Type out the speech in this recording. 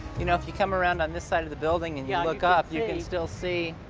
you know, if you come around on this side of the building and yeah look up, you can still see,